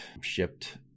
Shipped